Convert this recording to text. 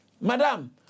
madam